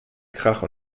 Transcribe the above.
krach